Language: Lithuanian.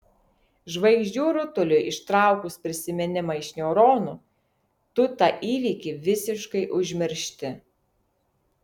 žvaigždžių rutuliui ištraukus prisiminimą iš neuronų tu tą įvykį visiškai užmiršti